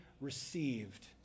received